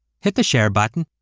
hit the share button,